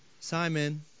Simon